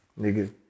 nigga